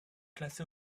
classé